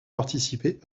participé